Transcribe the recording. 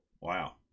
Wow